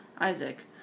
Isaac